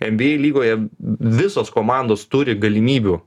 nba lygoje visos komandos turi galimybių